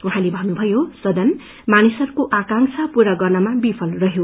उहाँले भन्नुभयो सदन मानिसहरूको आकांक्षा पूरा गन्रमा विुल रहयो